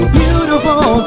beautiful